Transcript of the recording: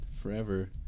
forever